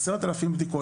אני אומר,